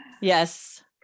Yes